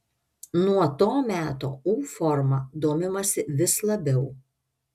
nuo to meto u forma domimasi vis labiau